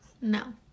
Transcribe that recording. No